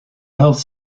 health